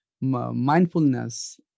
mindfulness